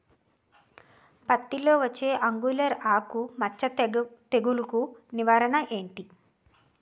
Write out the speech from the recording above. పత్తి లో వచ్చే ఆంగులర్ ఆకు మచ్చ తెగులు కు నివారణ ఎంటి?